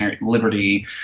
liberty